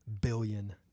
Billion